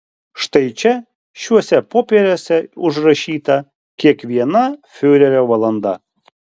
štai čia šiuose popieriuose užrašyta kiekviena fiurerio valanda